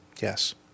Yes